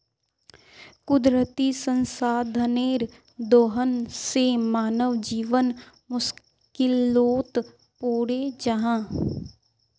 कुदरती संसाधनेर दोहन से मानव जीवन मुश्कीलोत पोरे जाहा